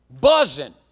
Buzzing